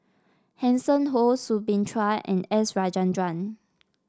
Hanson Ho Soo Bin Chua and S Rajendran